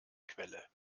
quelle